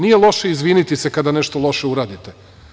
Nije loše izviniti se kada nešto loše uradite.